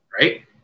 right